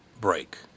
break